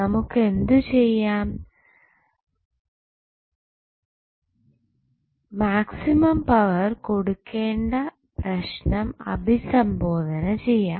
നമുക്ക് എന്തു ചെയ്യാം മാക്സിമം പവർ കൊടുക്കേണ്ട പ്രശ്നം അഭിസംബോധന ചെയ്യാം